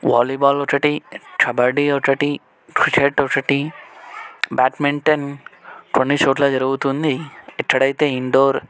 volleyball ఒకటి కబడ్డీ ఒకటి cricket ఒకటి బ్యాడ్మింటన్ కొన్నిచోట్ల జరుగుతుంది ఎక్కడైతే ఇండోర్